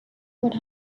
what